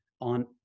on